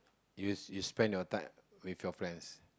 you you spend your time with your friends